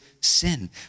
sin